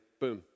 Boom